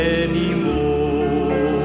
anymore